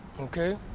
Okay